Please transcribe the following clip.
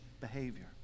behavior